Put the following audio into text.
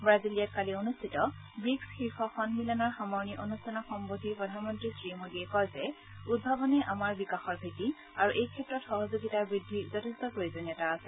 ৱাজিলিয়াত কালি অনুষ্ঠিত ৱিক্ছ শীৰ্ষ সন্মিলনৰ সামৰণি অনুষ্ঠানক সম্বোধি প্ৰধানমন্ত্ৰী শ্ৰীমোদীয়ে কয় যে উদ্ভাৱনে আমাৰ বিকাশৰ ভেটি আৰু এইক্ষেত্ৰত সহযোগিতা বৃদ্ধিৰ যথেষ্ট প্ৰয়োজনীয়তা আছে